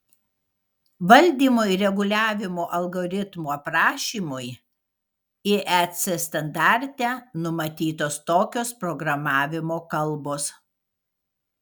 valdymo ir reguliavimo algoritmų aprašymui iec standarte numatytos tokios programavimo kalbos